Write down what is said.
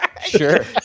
sure